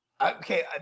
Okay